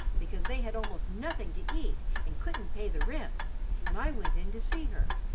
because they had almost nothing to eat and couldn't pay the rent and i went in to see her,